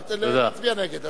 להצביע נגד.